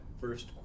first